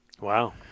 Wow